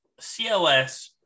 CLS